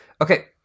Okay